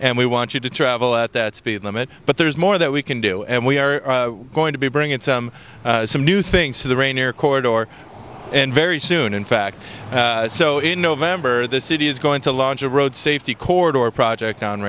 and we want you to travel at that speed limit but there's more that we can do and we are going to be bringing in some some new things to the rainier corridor and very soon in fact so in november the city is going to launch a road safety corridor project on